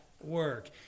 work